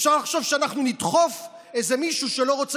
אפשר לחשוב שאנחנו נדחוף איזה מישהו שלא רוצה